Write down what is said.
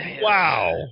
Wow